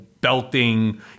belting